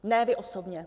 Ne vy osobně.